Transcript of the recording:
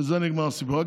בזה נגמר הסיפור.